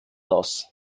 aus